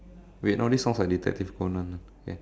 wait no this sounds like detective Conan